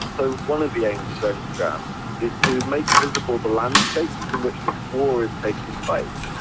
so, one of the aims of dronestagram is to make visible the landscapes in which this war is taking place.